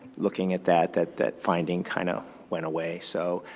looking at that, that that finding kind of went away. so,